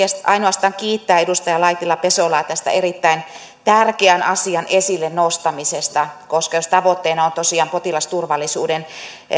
ainoastaan kiittää edustaja laitinen pesolaa tästä erittäin tärkeän asian esille nostamisesta koska jos tavoitteena on tosiaan potilasturvallisuuden